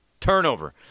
Turnover